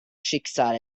schicksal